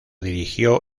dirigió